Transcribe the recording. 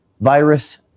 virus